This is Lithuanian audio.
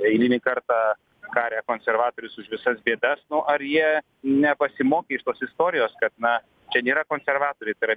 eilinį kartą kare konservatorius už visas bėdas nu ar jie nepasimokė iš tos istorijos kad na čia nėra konservatoriai tai yra